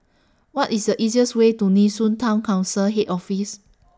What IS A easiest Way to Nee Soon Town Council Head Office